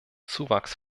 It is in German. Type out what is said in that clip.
zuwachs